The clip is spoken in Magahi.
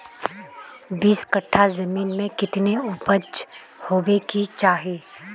बीस कट्ठा जमीन में कितने उपज होबे के चाहिए?